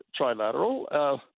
trilateral